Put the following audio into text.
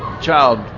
child